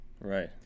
Right